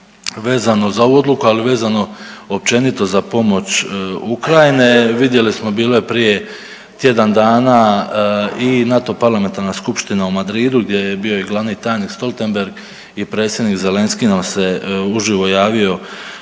vezano za ovu odluku, ali vezano općenito za pomoć Ukrajine, vidjeli smo bilo je prije tjedan dana i NATO parlamentarna skupština u Madridu gdje je bio i glavni tajnik Stoltenberg i predsjednik Zelenski nam se uživo javio